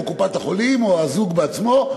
או קופת-החולים או הזוג בעצמו,